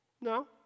No